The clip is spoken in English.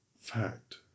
Fact